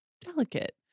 delicate